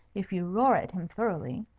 if you roar at him thoroughly.